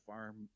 Farm